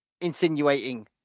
insinuating